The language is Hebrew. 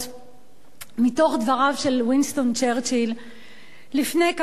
מתוך דבריו של וינסטון צ'רצ'יל לפני כמה וכמה שנים,